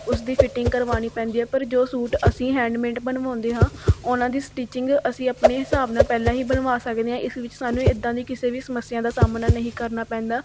ਉਸਦੀ ਫਿਟਿੰਗ ਕਰਵਾਉਣੀ ਪੈਂਦੀ ਹੈ ਪਰ ਜੋ ਸੂਟ ਅਸੀਂ ਹੈਂਡਮੈਂਟ ਬਣਵਾਉਂਦੇ ਹਾਂ ਉਹਨਾਂ ਦੀ ਸਟੀਚਿੰਗ ਅਸੀਂ ਆਪਣੇ ਹਿਸਾਬ ਨਾਲ ਪਹਿਲਾਂ ਹੀ ਬਣਵਾ ਸਕਦੇ ਹਾਂ ਇਸ ਵਿੱਚ ਸਾਨੂੰ ਇੱਦਾਂ ਦੀ ਕਿਸੇ ਵੀ ਸਮੱਸਿਆ ਦਾ ਸਾਹਮਣਾ ਨਹੀਂ ਕਰਨਾ ਪੈਂਦਾ